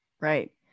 Right